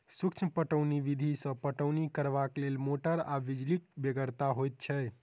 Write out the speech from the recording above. सूक्ष्म पटौनी विधि सॅ पटौनी करबाक लेल मोटर आ बिजलीक बेगरता होइत छै